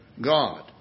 God